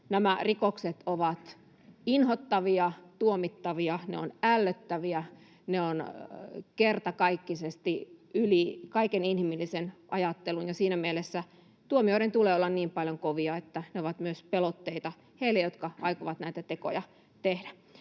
nämä rikokset ovat inhottavia, tuomittavia, ne ovat ällöttäviä ja ne ovat kertakaikkisesti yli kaiken inhimillisen ajattelun. Siinä mielessä tuomioiden tulee olla niin kovia, että ne ovat myös pelotteita heille, jotka aikovat näitä tekoja tehdä.